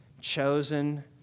chosen